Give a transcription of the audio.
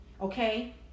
Okay